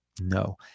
No